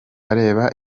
areba